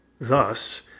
thus